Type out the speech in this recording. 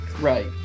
right